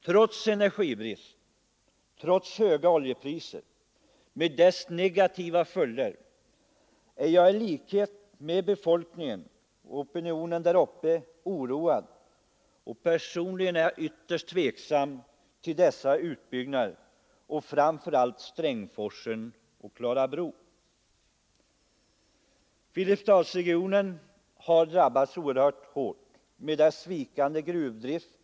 Trots energibrist, trots höga oljepriser och deras negativa följder är jag i likhet med befolkningen där uppe oroad. Personligen är jag ytterst tveksam inför dessa utbyggnader, framför allt när det gäller Strängforsen och Klarabro. Filipstadsregionen har drabbats oerhört hårt av den vikande gruvdriften.